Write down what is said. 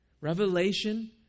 Revelation